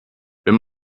wenn